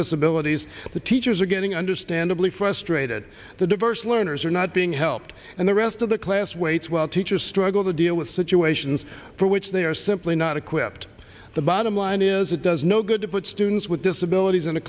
disabilities the teachers are getting understandably frustrated the diverse learners are not being helped and the rest of the class waits while teachers struggle to deal with situations for which they are simply not equipped the bottom line is it does no good to put students with disabilities in a